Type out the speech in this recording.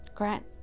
Grant